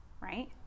right